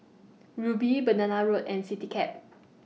Rubi Banana Road and Citycab